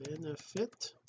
benefit